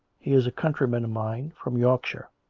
he is a countryman of mine, from yorkshire